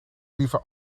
liever